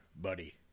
buddy